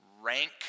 rank